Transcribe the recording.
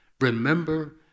Remember